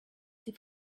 sie